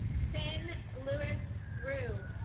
finn louis roou